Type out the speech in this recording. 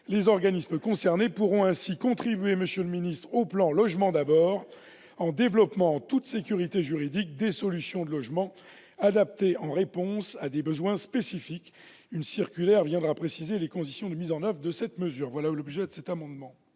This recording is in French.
Les organismes concernés pourront ainsi contribuer au plan Logement d'abord en développant en toute sécurité juridique des solutions de logement adapté en réponse à des besoins spécifiques. Une circulaire viendra préciser les conditions de mise en oeuvre de cette mesure. La parole est à M.